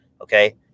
okay